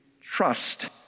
trust